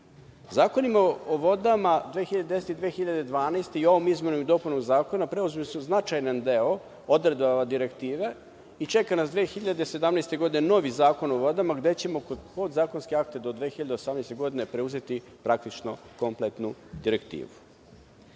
Zakonima o vodama 2010. i 2012. godine, i ovom izmenom i dopunom zakona, preuzeli smo značajan deo odredaba direktive, i čeka nas 2017. godine novi Zakon o vodama, gde ćemo kroz podzakonske akte do 2018. godine preuzeti praktično kompletnu direktivu. Naš